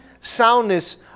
soundness